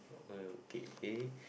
uh okay eh